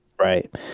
Right